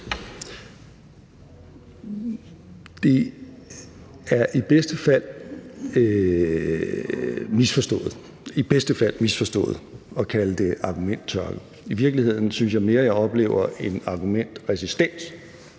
– i bedste fald misforstået – at kalde det argumenttørke. I virkeligheden synes jeg mere, at jeg oplever en argumentresistens,